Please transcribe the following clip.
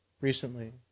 recently